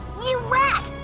you rat!